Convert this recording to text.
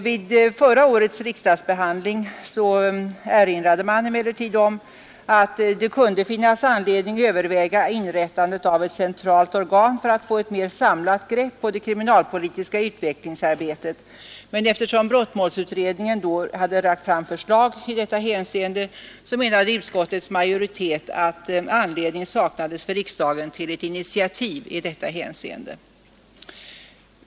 Vid förra årets riksdagsbehandling erinrades det dock om att det kunde finnas anledning överväga inrättandet av ett centralt organ för att få ett mer samlat grepp om det kriminalpolitiska utvecklingsarbetet. Men eftersom brottmålsutredningen då hade lagt fram förslag om det, menade utskottets majoritet att anledning saknades för riksdagen att ta något initiativ i det hänseendet.